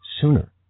sooner